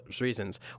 reasons